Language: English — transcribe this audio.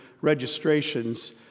registrations